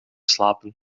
slapen